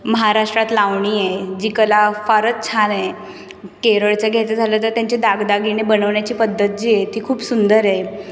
महाराष्ट्रात लावणी आहे जी कला फारच छान आहे केरळचं घ्यायचं झालं तर त्यांची दागदागिने बनवण्याची पद्धत जी आहे ती खूप सुंदर आहे